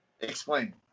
Explain